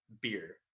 beer